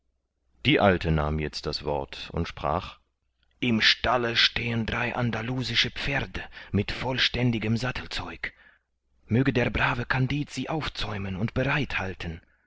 die alte nahm jetzt das wort und sprach im stalle stehen drei andalusische pferde mit vollständigem sattelzeug möge der brave kandid sie aufzäumen und bereit halten